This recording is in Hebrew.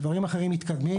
דברים אחרים מתקדמים,